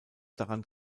daran